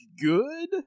good